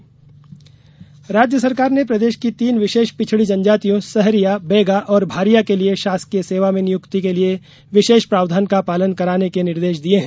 जनजाति नियुक्ति राज्य सरकार ने प्रदेश की तीन विशेष पिछड़ी जनजातियों सहरिया बैगा और भारिया के लिये शासकीय सेवा में नियुक्ति के लिये विशेष प्रावधान का पालन कराने के निर्देश दिये हैं